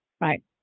right